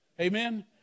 Amen